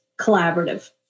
collaborative